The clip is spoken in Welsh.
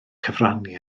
cyfrannu